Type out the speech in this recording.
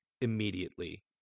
immediately